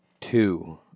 Two